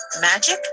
magic